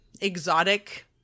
exotic